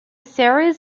series